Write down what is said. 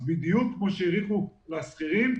אז בדיוק כמו שהאריכו לשכירים,